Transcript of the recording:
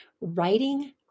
writing